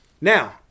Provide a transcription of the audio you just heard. now